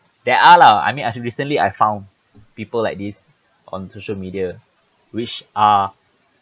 there are lah I mean I recently I found people like this on social media which are